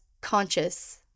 conscious